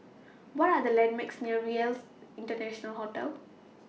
What Are The landmarks near RELC International Hotel